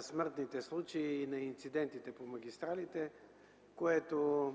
смъртните случаи и на инцидентите по магистралите, което,